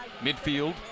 Midfield